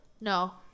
No